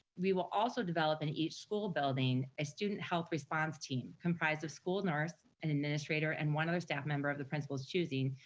we will also develop an each school building a student health response team, comprised of school nurse, an administrator and one other staff member of the principal's choosing.